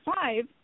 five